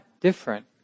different